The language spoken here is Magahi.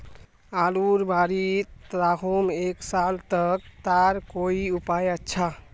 आलूर बारित राखुम एक साल तक तार कोई उपाय अच्छा?